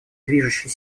движущей